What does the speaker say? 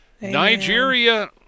Nigeria